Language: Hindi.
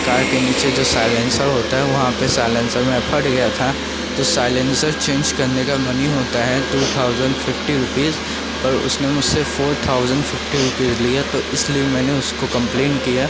कार के नीचे जो साइलेंसर होता है वहाँ पर साइलेंसर में फट गया था तो साइलेंसर चेंज करने का मनी होता है टू थाउजेंड फिफ्टी रुपीस पर उसने मुझसे फोर थाउजेंड फिफ्टी रुपीस लिए तो इसलिए मैंने उसको कम्प्लैंड किया